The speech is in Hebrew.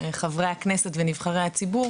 חברי הכנסת ונבחרי הציבור